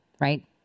right